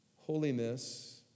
holiness